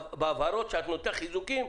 בהבהרות שאת --- חיזוקים,